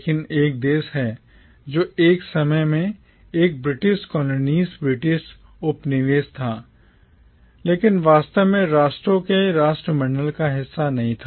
लेकिन एक देश है जो एक समय में एक British colonies ब्रिटिश उपनिवेश था लेकिन वास्तव में राष्ट्रों के राष्ट्रमंडल का हिस्सा नहीं था